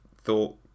thought